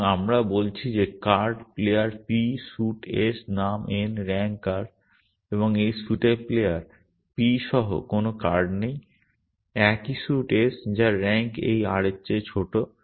সুতরাং আমরা বলছি যে card player p suit s নাম n র্যাঙ্ক r এবং এই স্যুটের প্লেয়ার p সহ কোনও কার্ড নেই একই স্যুট s যার র্যাঙ্ক এই r এর চেয়ে ছোট